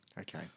Okay